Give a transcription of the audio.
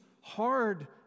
hard